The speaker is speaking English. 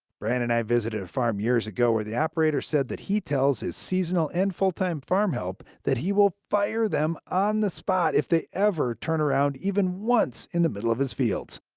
brian and i visited a farm years ago where the operator said he tells his seasonal and full-time farm help that he will fire them on the spot if they ever turn around even once in the middle of his fields.